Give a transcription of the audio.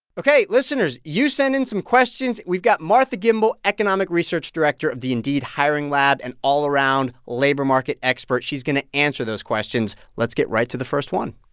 ok, listeners, you sent in some questions. we've got martha gimbel, economic research director of the indeed hiring lab and all-around labor market expert. she's going to answer those questions. let's get right to the first one